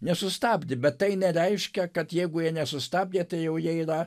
nesustabdė bet tai nereiškia kad jeigu jie nesustabdė tai jau jie yra